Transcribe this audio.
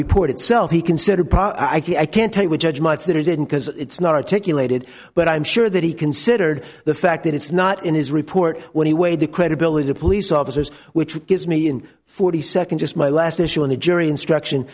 report itself he considered i think i can tell you with judgments that he didn't because it's not articulated but i'm sure that he considered the fact that it's not in his report when he weighed the credibility of police officers which would give me in forty second just my last issue on the jury instruction